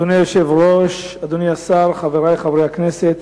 אדוני היושב-ראש, אדוני השר, חברי חברי הכנסת,